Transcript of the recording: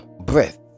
breath